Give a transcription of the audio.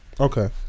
Okay